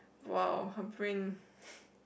!wow! her brain